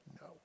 no